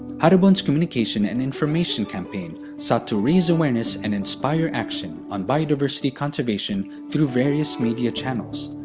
haribon's communication and information campaign sought to raise awareness and inspire action on biodiversity conservation through various media channels.